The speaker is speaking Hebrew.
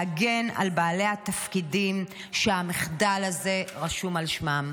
להגן על בעלי התפקידים שהמחדל הזה רשום על שמם?